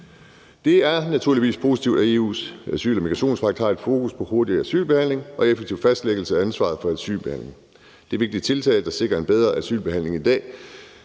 Det er naturligvis positivt, at EU's asyl- og migrationspagt har et fokus på hurtig asylbehandling og effektiv fastlæggelse af ansvaret for asylbehandling. Det er vigtige tiltag, der sikrer en bedre asylbehandling end i dag.